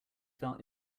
felt